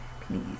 please